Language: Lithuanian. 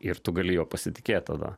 ir tu gali juo pasitikėt tada